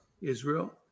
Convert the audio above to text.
Israel